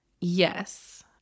Yes